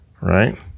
right